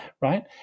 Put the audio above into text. right